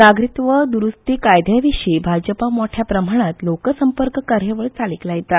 नागरिकत्व दुरुस्ती कायद्याविशी भाजपा मोठ्या प्रमाणात लोकसंपर्क कार्यावळ चालीक लायता